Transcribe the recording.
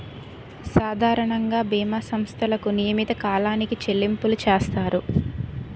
సాధారణంగా బీమా సంస్థలకు నియమిత కాలానికి చెల్లింపులు చేస్తారు